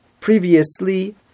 previously